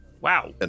Wow